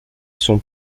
sont